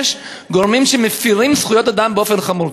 גורמים שמפרים זכויות אדם באופן חמור?